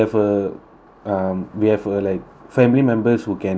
um we have a like family members who can like